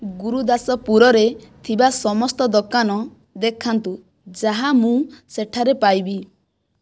ଗୁରୁଦାସପୁରରେ ଥିବା ସମସ୍ତ ଦୋକାନ ଦେଖାନ୍ତୁ ଯାହା ମୁଁ ସେଠାରେ ପାଇବି